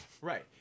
Right